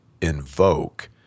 invoke